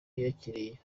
yakiriye